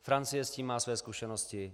Francie s tím má své zkušenosti.